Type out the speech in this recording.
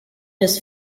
his